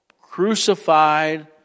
crucified